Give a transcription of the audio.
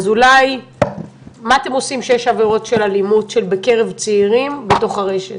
מה אתם עושים כשיש עבירות של אלימות בקרב צעירים בתוך הרשת